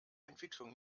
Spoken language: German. entwicklung